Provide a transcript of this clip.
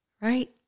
right